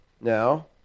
now